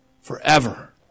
forever